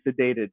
sedated